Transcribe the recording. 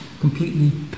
completely